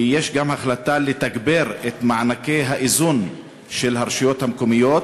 כי יש גם החלטה לתגבר את מענקי האיזון של הרשויות המקומיות,